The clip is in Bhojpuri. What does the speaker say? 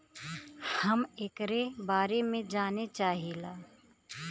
हम एकरे बारे मे जाने चाहीला?